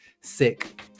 sick